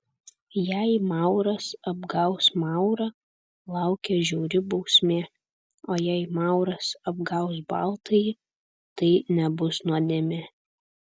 jei mauras apgaus maurą laukia žiauri bausmė o jei mauras apgaus baltąjį tai nebus nuodėmė